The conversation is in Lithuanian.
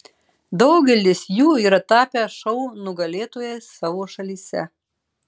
daugelis jų yra tapę šou nugalėtojais savo šalyse